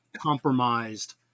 compromised